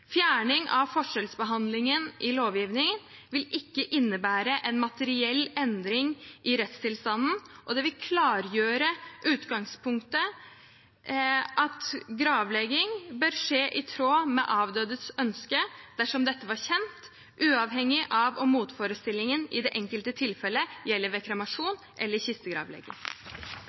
Fjerning av forskjellsbehandlingen i lovgivningen vil ikke innebære en materiell endring i rettstilstanden, og det vil klargjøre utgangspunktet: at gravlegging bør skje i tråd med avdødes ønske dersom dette er kjent, uavhengig av om motforestillingen i det enkelte tilfelle gjelder ved kremasjon eller kistegravlegging.